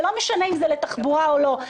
זה לא משנה אם זה לתחבורה או לא.